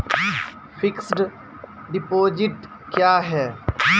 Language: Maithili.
फिक्स्ड डिपोजिट क्या हैं?